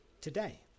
today